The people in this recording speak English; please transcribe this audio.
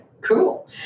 Cool